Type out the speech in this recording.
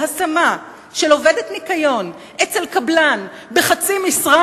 על השמה של עובדת ניקיון אצל קבלן בחצי משרה: